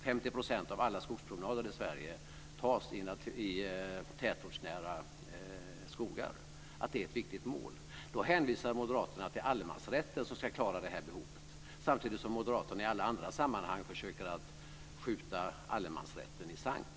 50 % av alla skogspromenader i Sverige görs i tätortsnära skogar. Detta är alltså ett viktigt mål. Men då hänvisar moderaterna till allemansrätten, som ska klara det behovet; detta samtidigt som moderaterna i alla andra sammanhang mer eller mindre försöker skjuta allemansrätten i sank.